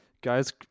Guys